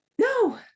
No